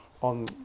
on